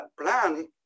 plan